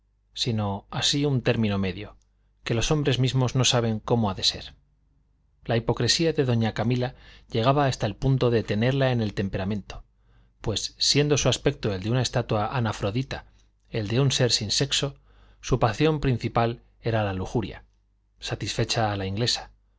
sino así un término medio que los hombres mismos no saben cómo ha de ser la hipocresía de doña camila llegaba hasta el punto de tenerla en el temperamento pues siendo su aspecto el de una estatua anafrodita el de un ser sin sexo su pasión principal era la lujuria satisfecha a la inglesa